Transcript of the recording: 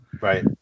Right